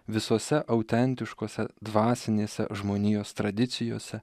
visose autentiškose dvasinėse žmonijos tradicijose